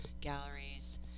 galleries